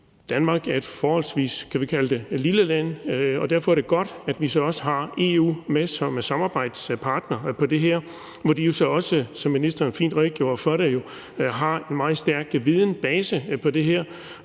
Danmark er et forholdsvis lille land, og derfor er det godt, at vi så har EU med som samarbejdspartner omkring det her. EU har jo også, som ministeren fint redegjorde for, en meget stærk vidensbase om det her,